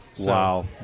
Wow